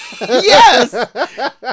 Yes